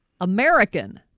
American